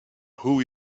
who